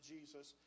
Jesus